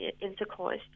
intercourse